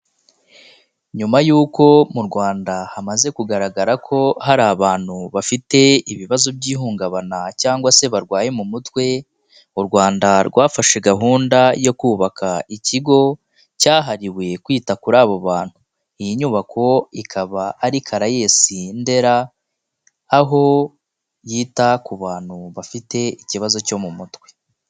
Nyuma y'uko mu Rwanda hamaze kugaragara ko hari abantu bafite ibibazo by'ihungabana cyangwa se barwaye mu mutwe, u Rwanda rwafashe gahunda yo kubaka ikigo cyahariwe kwita kuri abo bantu, iyi nyubako ikaba ari Caraes Ndera, aho yita ku bantu bu bafite ikibazo cyo mu mutwe.